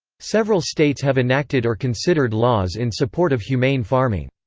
several states have enacted or considered laws in support of humane farming.